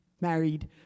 married